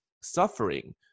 suffering